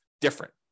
different